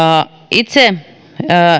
itse